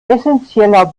essenzieller